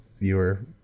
viewer